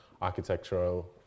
architectural